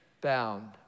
bound